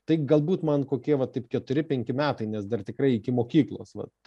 tai galbūt man kokie va taip keturi penki metai nes dar tikrai iki mokyklos vat